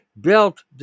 built